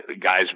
guys